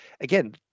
again